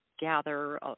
gather